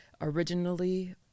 originally